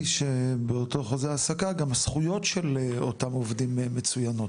שבאותו חוזה העסקה גם הזכויות של אותם עובדים מצוינות,